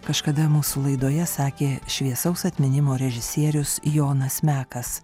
kažkada mūsų laidoje sakė šviesaus atminimo režisierius jonas mekas